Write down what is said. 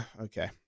Okay